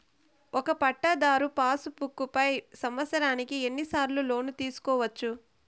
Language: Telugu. ఒక పట్టాధారు పాస్ బుక్ పై సంవత్సరానికి ఎన్ని సార్లు లోను తీసుకోవచ్చు?